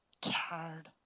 tired